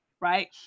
right